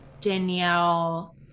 Danielle